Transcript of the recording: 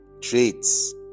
traits